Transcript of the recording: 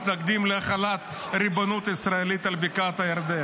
מתנגדים להחלת ריבונות ישראלית על בקעת הירדן.